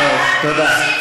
טוב, תודה.